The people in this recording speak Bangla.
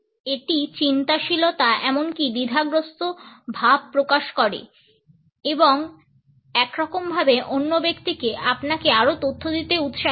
এটি চিন্তাশীলতা এমনকি দ্বিধাগ্রস্ত ভাব প্রকাশ করে এবং একরকমভাবে অন্য ব্যক্তিকে আপনাকে আরও তথ্য দিতে উৎসাহিত করে